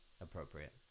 appropriate